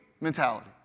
mentality